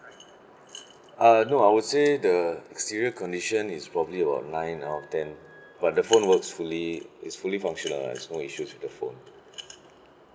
uh no I would say the exterior condition is probably about nine out of ten but phone works fully it's fully functional lah there's no issues with the phone